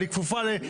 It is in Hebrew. אבל היא כפופה ל-,